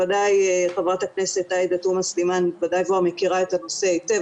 חברת הכנסת עאידה תומא סלימאן בוודאי כבר מכירה את הנושא היטב,